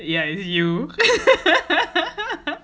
yeah it's you